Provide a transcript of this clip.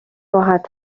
راحت